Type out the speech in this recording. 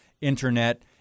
Internet